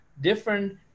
different